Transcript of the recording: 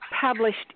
published